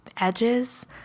edges